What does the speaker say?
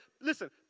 Listen